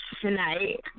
tonight